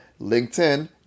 LinkedIn